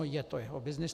Je to jeho byznys.